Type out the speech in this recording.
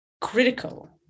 critical